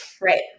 Right